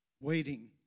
waiting